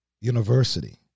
university